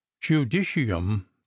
judicium